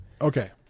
Okay